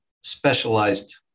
specialized